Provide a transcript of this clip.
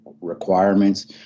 requirements